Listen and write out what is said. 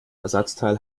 ersatzteil